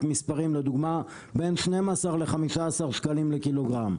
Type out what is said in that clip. מספרים לדוגמה בין 12-15 שקלים לקילוגרם,